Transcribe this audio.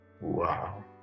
wow